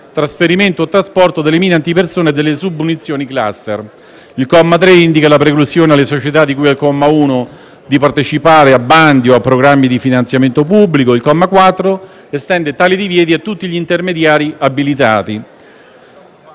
trasferimento o trasporto delle mine antipersona, delle munizioni o submunizioni *cluster*. Il comma 3 indica la preclusione alle società di cui al comma 1 di partecipare a bandi o a programmi di finanziamento pubblico. Il comma 4 estende tali divieti a tutti gli intermediari abilitati.